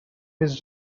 his